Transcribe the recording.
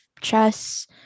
chess